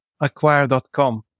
Acquire.com